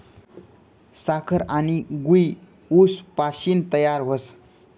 साखर आनी गूय ऊस पाशीन तयार व्हस